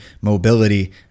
mobility